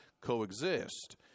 coexist